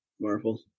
Marvel